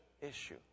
issue